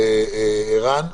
עירן,